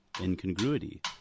incongruity